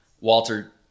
Walter